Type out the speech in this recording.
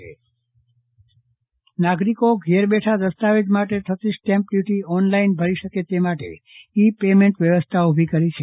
Chandravadan Pattani e payment નાગરિકો ઘરે બેઠા દસ્તાવેજ માટે થતી સ્ટેમ્પ ડચુટી ઓનલાઈન ભરી શકે તે માટે ઈ પેમેન્ટ વ્યવસ્થા ઉભી કરી છે